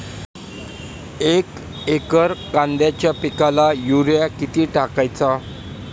एक एकर कांद्याच्या पिकाला युरिया किती टाकायचा?